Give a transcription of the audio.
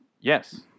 Yes